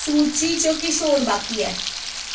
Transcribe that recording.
सूची च किश होर बाकी ऐ